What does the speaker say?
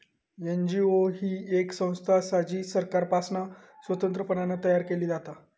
NGO ही येक संस्था असा जी सरकारपासना स्वतंत्रपणान तयार केली जाता